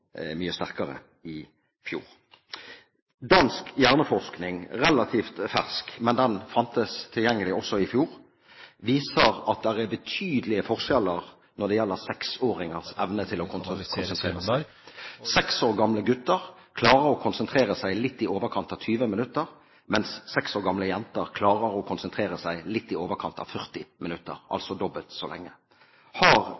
mye sterkere i fjor. Dansk hjerneforskning, som er relativt fersk, men den fantes tilgjengelig også i fjor, viser at det er betydelige forskjeller når det gjelder 6-åringers evne til å konsentrere seg. Seks år gamle gutter klarer å konsentrere seg litt i overkant av 20 minutter, mens seks år gamle jenter klarer å konsentrere seg litt i overkant av 40 minutter, altså dobbelt så lenge. Har